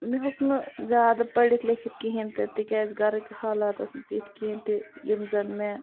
مےٚ ہیوکھ نہٕ زیادٕ پٔرِتھ لیٚکھِتھ کِہیٖنۍ تہِ تکیاز گَرٕکۍ حالات ٲسۍ نہٕ تِتھۍ کینٛہہ تہِ یِم زَن مےٚ